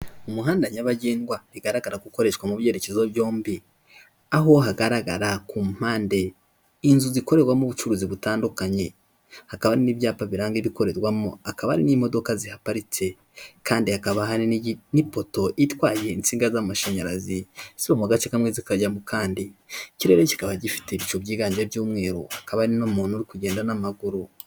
Umuhanda nyabagendwa bigaragara ko ukoreshwa mu byerekezo byombi, aho hagaragara ku mpande inzu zikorerwamo ubucuruzi butandukanye, hakaba hari n'ibyapa biranga ibikorerwamo, hakaba hari n'imodoka zihaparitse kandi hakaba hari n'ipoto itwaye insinga z'amashanyarazi ziva mu gace kamwe zikajya mu kandi. Ikirere kikaba gifite ibicu byiganje by'umweru, hakaba hari n'umuntu uri kugenda n'amaguru.